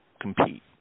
compete